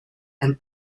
and